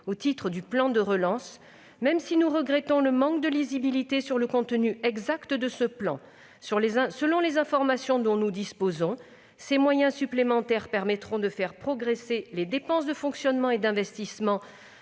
au titre du plan de relance, même si nous regrettons le manque de lisibilité sur le contenu exact de ce plan. Selon les informations dont nous disposons, ces moyens supplémentaires permettront de faire progresser les dépenses de fonctionnement et d'investissement